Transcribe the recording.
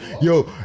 yo